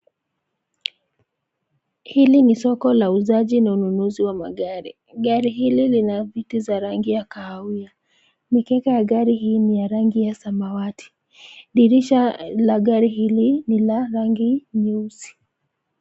Hili ni soko la uuzaji na ununuzi wa magari. Gari hili lina viti za rangi ya kahawia. Mikeka ya gari hii ni ya rangi ya samawati. Dirisha la gari hili ni la rangi nyeusi.